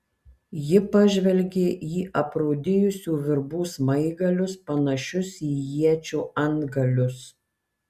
ji pažvelgė į aprūdijusių virbų smaigalius panašius į iečių antgalius